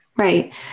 Right